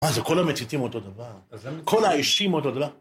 מה, זה כל המציטים אותו דבר. כל האישים אותו דבר.